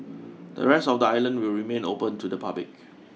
the rest of the island will remain open to the public